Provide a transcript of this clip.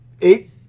eight